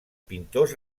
pintors